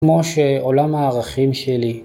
כמו שעולם הערכים שלי.